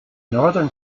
northern